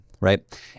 right